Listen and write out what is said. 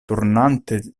turnante